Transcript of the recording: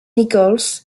nichols